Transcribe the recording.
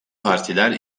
partiler